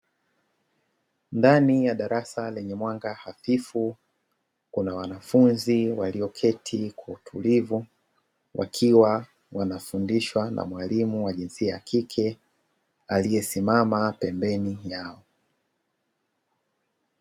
Ndani ya darasa lenye mwanga hafifu, kuna wanafunzi walioketi kwa utulivu, wakiwa wanafundishwa na mwalimu wa jinsia ya kike aliyesimama pembeni yao.